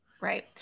right